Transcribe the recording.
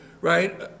right